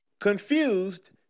Confused